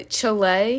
Chile